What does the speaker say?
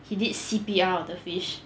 he did C_P_R on the fish